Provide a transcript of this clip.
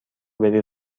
بری